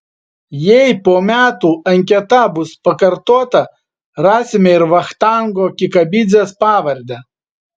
jei po metų anketa bus pakartota rasime ir vachtango kikabidzės pavardę